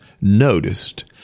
noticed